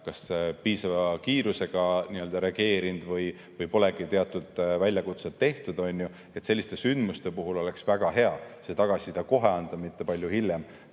pole piisava kiirusega reageerinud või polegi väljakutset tehtud. Selliste sündmuste puhul oleks väga hea see tagasiside kohe anda, mitte palju hiljem,